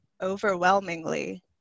overwhelmingly